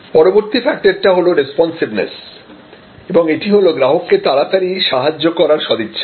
পরবর্তী ফ্যাক্টর টা হল রেস্পন্সিভেনেস এবং এটি হল গ্রাহককে তাড়াতাড়ি সাহায্য করার সদিচ্ছা